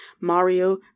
Mario